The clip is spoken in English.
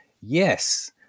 yes